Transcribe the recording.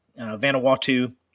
Vanuatu